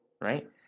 right